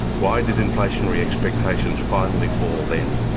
why did inflationary expectations finally fall then?